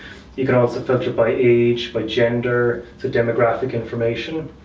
you can also filter by age, by gender, so demographic information.